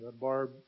Barb